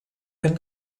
wenn